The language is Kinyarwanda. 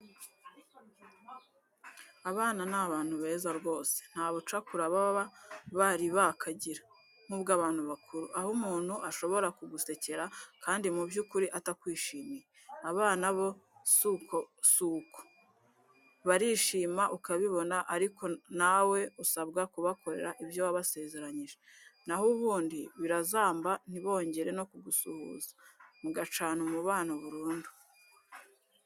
Abana ni abantu beza rwose, nta bucakura baba bari bakagira nk'ubw'abantu bakuru, aho umuntu ashobora kugusekera kandi mu by'ukuri atakwishimiye; abana bo si uko, barishima ukabibona, ariko nawe usabwa kubakorera ibyo wabasezeranyije na ho ubundi birazamba ntibongere no kugusuhuza, mugacana umubano burundu.